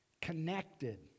Connected